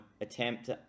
attempt